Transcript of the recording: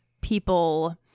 people